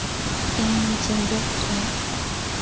ᱤᱧ ᱡᱮᱜᱮᱫ ᱨᱮ